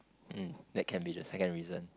um that can be the second reason